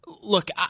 look